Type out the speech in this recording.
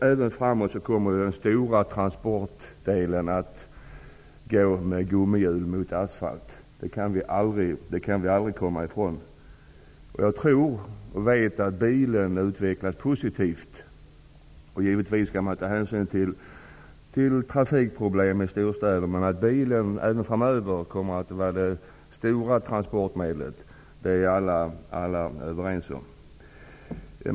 Även framöver kommer den stora transportdelen att gå med gummihjul mot asfalt -- det kan vi aldrig komma ifrån. Jag vet att bilen utvecklas positivt. Man skall givetvis ta hänsyn till trafikproblem i storstäderna, men att bilen även framöver kommer att vara det stora transportmedlet är alla överens om.